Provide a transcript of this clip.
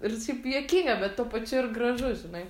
ir kažkaip juokinga bet tuo pačiu ir gražu žinai